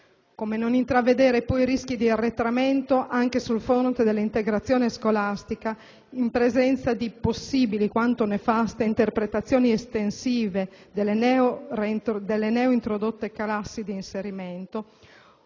Come non intravedere poi rischi di arretramento anche sul fronte dell'integrazione scolastica in presenza di possibili quanto nefaste interpretazioni estensive delle neointrodotte «classi di inserimento»,